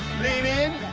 lean in.